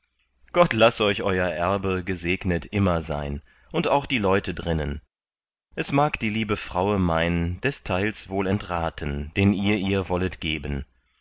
gott laß euch euer erbe gesegnet immer sein und auch die leute drinnen es mag die liebe fraue mein des teils wohl entraten den ihr ihr wolltet geben